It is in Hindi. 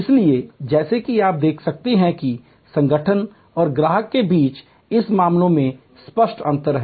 इसलिए जैसा कि आप देख सकते हैं कि संगठन और ग्राहक के बीच इस मामले में स्पष्ट अंतर है